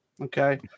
okay